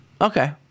Okay